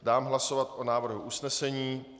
Dám hlasovat o návrhu usnesení.